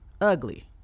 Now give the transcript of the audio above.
ugly